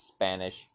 Spanish